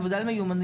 עבודה על מיומנויות,